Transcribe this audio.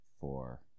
four